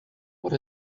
what